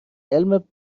علم